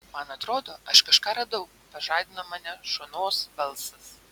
man atrodo aš kažką radau pažadino mane šonos balsas